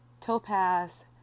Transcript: Topaz